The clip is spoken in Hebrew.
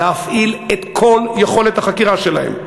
להפעיל את כל יכולת החקירה שלהן,